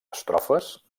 estrofes